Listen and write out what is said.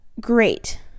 great